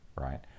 right